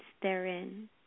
therein